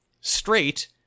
straight